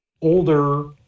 older